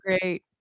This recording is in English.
great